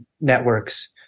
networks